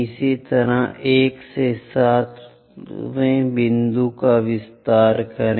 इसी तरह 1 और 7 वें बिंदु का विस्तार करें